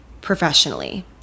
professionally